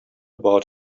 about